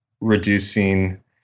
reducing